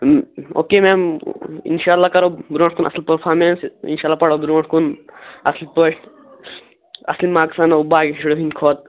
او کے ma'am اِنشاء اللّہ کَرو برٛونٛٹھ کُن اَصٕل پٔرفارمیٚنٕس اِنشاء اللّہ پَرو برٛونٛٹھ کُن اصٕل پٲٹھۍ اَصٕل مارکٕس اَنو باقِیَن شُرٮ۪ن ہِنٛدۍ کھۄتہٕ